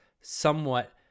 somewhat